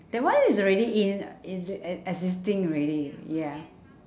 that one is already in uh in e ~existing already ya